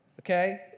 Okay